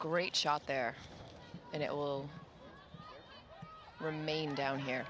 great shot there and it will remain down here